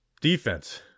Defense